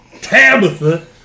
Tabitha